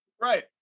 Right